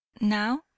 Now